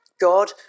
God